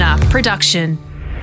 Production